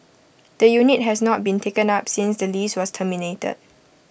the unit has not been taken up since the lease was terminated